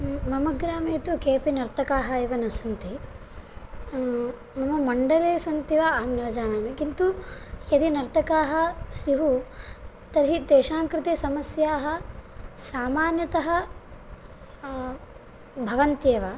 मम ग्रामे तु केऽपि नर्तकाः एव न सन्ति मम मण्डले सन्ति वा अहं न जानामि किन्तु यदि नर्तकाः स्युः तर्हि तेषां कृते समस्याः सामान्यतः भवन्त्येव